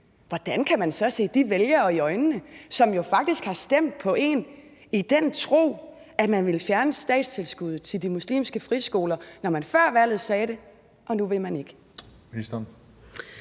hvordan man kan se de vælgere i øjnene, som jo faktisk har stemt på en i den tro, at man ville fjerne statstilskuddet til de muslimske friskoler, når man før valget sagde det, og nu vil man ikke.